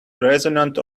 resonant